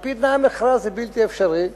על-פי תנאי המכרז זה בלתי אפשרי.